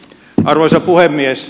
arvoisa puhemies